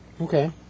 Okay